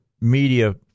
media